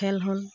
খেল হ'ল